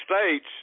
states